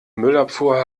müllabfuhr